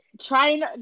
Trying